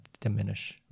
diminish